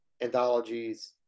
anthologies